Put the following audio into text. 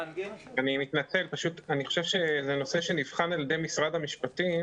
זה נושא שנבחן על ידי משרד המשפטים